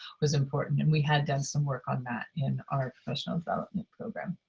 was important, and we had done some work on that in our professional development program.